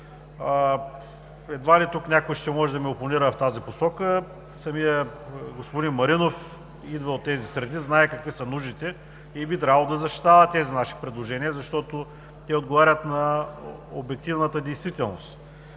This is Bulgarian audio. Едва ли тук някой ще може да ми опонира в тази посока. Господин Маринов идва от тези среди, знае какви са нуждите и би трябвало да защитава тези наши предложения, защото те отговарят на обективната действителност.